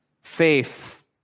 faith